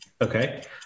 Okay